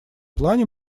плане